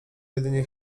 jedynie